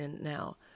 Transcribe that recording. now